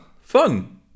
Fun